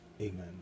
amen